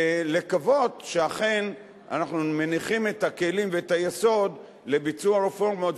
ולקוות שאכן אנחנו מניחים את הכלים ואת היסוד לביצוע רפורמות,